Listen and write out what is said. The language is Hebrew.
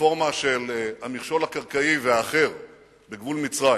הרפורמה של המכשול הקרקעי והאחר בגבול מצרים,